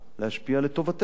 להשפיע לטובתנו?